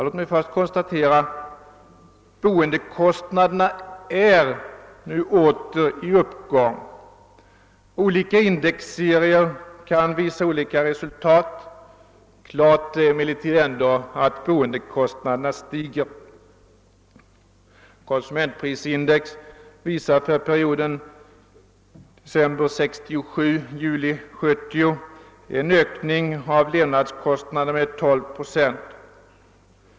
Låt mig först konstatera att boendekostnaderna åter är på uppgång. Olika indexserier kan visa olika resultat. Klart är emellertid att boendekostnaderna stiger. Konsumentprisindex viar för perioden december 1967—juli 1970 en ökning av levnadskostnaderna med 12 procent.